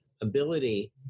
ability